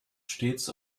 stets